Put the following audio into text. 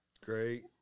Great